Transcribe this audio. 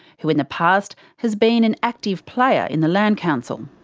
who in the past has been an active player in the land council.